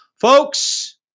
folks